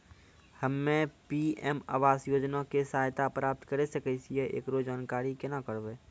हम्मे पी.एम आवास योजना के सहायता प्राप्त करें सकय छियै, एकरो जानकारी केना करबै?